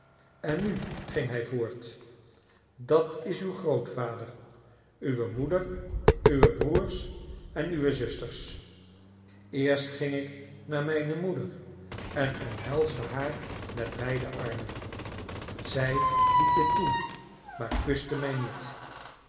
en nu ging hij voort dat is uw grootvader uwe moeder uwe broers en uwe zusters eerst ging ik naar mijne moeder en omhelsde haar met beide armen zij liet dit toe maar kuste mij niet